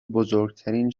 بزرگترین